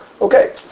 Okay